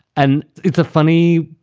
and it's a funny,